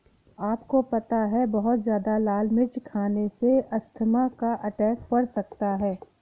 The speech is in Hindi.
आपको पता है बहुत ज्यादा लाल मिर्च खाने से अस्थमा का अटैक पड़ सकता है?